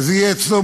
וזה יהיה אצלו,